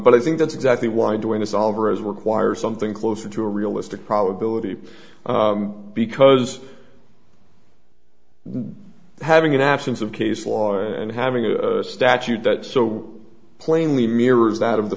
but i think that's exactly why doing this all over as requires something closer to a realistic probability because having an absence of case law and having a statute that so plainly mirrors that of the